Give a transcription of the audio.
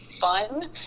fun